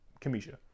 Kamisha